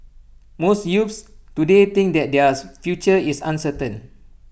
most youths today think that their future is uncertain